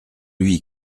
lui